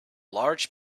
large